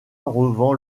revend